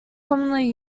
commonly